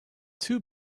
too